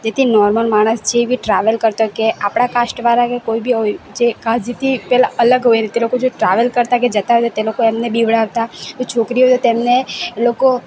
તેથી નોર્મલ માણસ જે બી ટ્રાવેલ કરતા હોય કે આપણાં કાસ્ટવાળા કે કોઇ બી હોય જે કાઝીથી પેલા અલગ હોય ને તે લોકો જે ટ્રાવેલ કરતા કે જતાં હોય તો તે લોકો એમને બીવડાવતા કોઈ છોકરી હોય તો તેમને એ લોકો